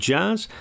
Jazz